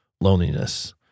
loneliness